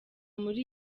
muri